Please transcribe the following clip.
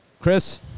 Chris